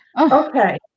Okay